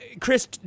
Chris